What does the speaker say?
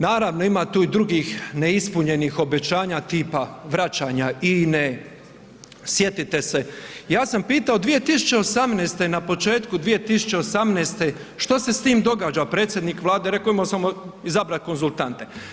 Naravno ima tu i drugih neispunjenih obećanja tipa vraćanja INE, sjetite se ja sam pitao 2018., na početku 2018. što se s tim događa, predsjednik Vlade je rekao imao sam izabrat konzultante.